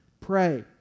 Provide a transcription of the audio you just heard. pray